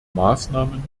maßnahmen